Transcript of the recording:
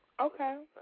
Okay